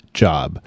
job